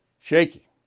shaky